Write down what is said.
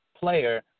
Player